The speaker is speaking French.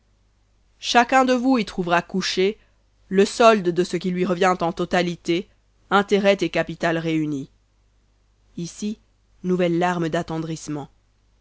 chacun de vous y trouvera couché le solde de ce qui lui revient en totalité intérêt et capital réunis